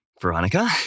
Veronica